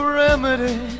remedy